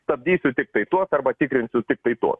stabdysiu tiktai tuos arba tikrinsiu tiktai tuos